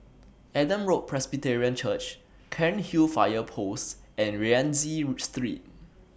Adam Road Presbyterian Church Cairnhill Fire Post and Rienzi Street